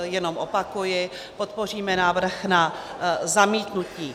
Jenom opakuji, podpoříme návrh na zamítnutí.